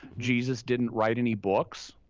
jesus didn't write any books.